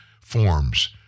forms